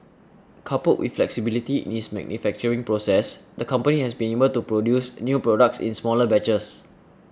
coupled with flexibility in its manufacturing process the company has been able to produce new products in smaller batches